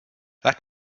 let